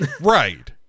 Right